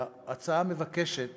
ההצעה מבקשת